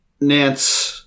Nance